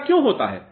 ऐसा क्यों होता है